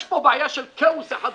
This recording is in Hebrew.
יש פה בעיה של כאוס אחד גדול,